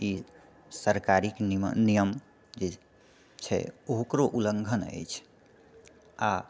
ई सरकारी निमन नियम जेछै ओकरो उल्लङ्घन अछि आ